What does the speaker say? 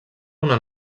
una